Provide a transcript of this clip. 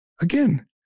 Again